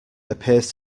appears